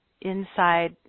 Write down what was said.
Inside